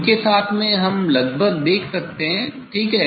उनके साथ मैं हम लगभग देख सकते हैं ठीक है